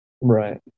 right